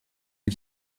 qui